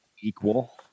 equal